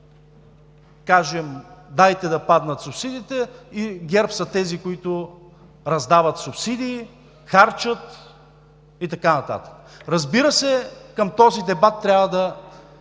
кажем: „Дайте да паднат субсидиите“, „ГЕРБ са тези, които раздават субсидии, харчат“, и така нататък. Разбира се, към този дебат трябва да